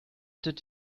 did